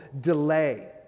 delay